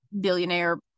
billionaire